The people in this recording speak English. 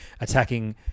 Attacking